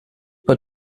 but